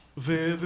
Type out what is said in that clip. אנחנו,